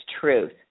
truth